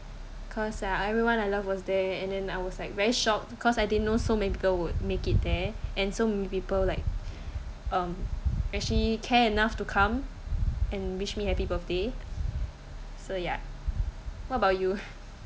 cause uh everyone I loved was there and then I was like very shocked cause I didn't know so many people would make it there and so many people like um actually care enough to come and wish me happy birthday so ya what about you